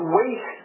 wait